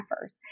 first